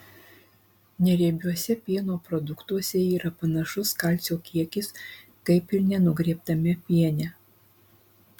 neriebiuose pieno produktuose yra panašus kalcio kiekis kaip ir nenugriebtame piene